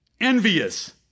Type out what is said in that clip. envious